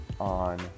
on